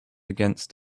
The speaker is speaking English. against